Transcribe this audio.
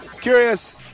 Curious